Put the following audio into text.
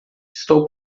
estou